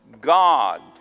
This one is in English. God